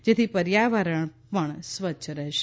જેથી પર્યાવરણ પણ સ્વ ચ્છ રહેશે